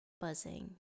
buzzing